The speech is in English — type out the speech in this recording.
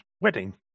wedding